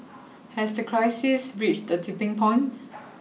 has the crisis reached a tipping point